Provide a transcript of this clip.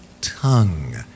tongue